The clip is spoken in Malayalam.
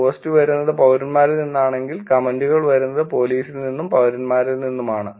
പോസ്റ്റ് വരുന്നത് പൌരന്മാരിൽ നിന്നാണെങ്കിൽ കമന്റുകൾ വരുന്നത് പോലീസിൽ നിന്നും പൌരന്മാരിൽ നിന്നുമാണ്